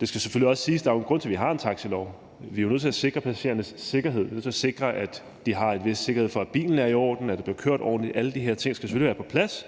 Det skal selvfølgelig også siges, at der er en grund til, at vi har en taxilov. Vi er jo nødt til at sikre passagerernes sikkerhed. Vi er nødt til at sikre, at de har en vis sikkerhed for, at bilen er i orden, og at der bliver kørt ordentligt. Alle de her ting skal selvfølgelig være på plads.